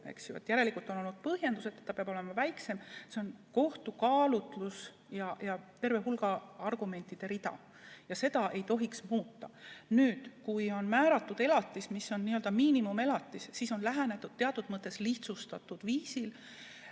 Järelikult on olnud põhjendus, et ta peab olema väiksem. See on kohtu kaalutlus ja terve hulga argumentide rida ja seda ei tohiks muuta. Kui on määratud elatis, mis on n-ö miinimumelatis, siis on lähenetud teatud mõttes lihtsustatud viisil.